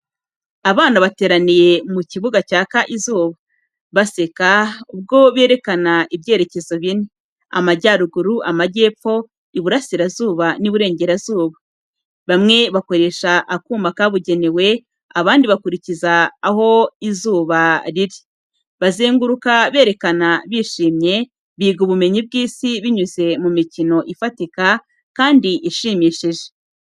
Abana bateraniye mu kibuga cyaka izuba, baseka ubwo berekana ibyerekezo bine, Amajyaruguru, Amajyepfo, Iburasirazuba n’Iburengerazuba. Bamwe bakoresha akuma kabugenewe, abandi bakurikiza aho izuba riri, bazenguruka berekana bishimye, biga ubumenyi bw’isi binyuze mu mikino ifatika kandi ishimishije.